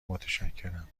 متشکرم